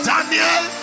Daniel